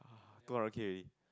two hundred K already